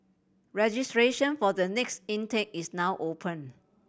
registration for the next intake is now open